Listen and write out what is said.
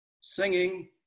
singing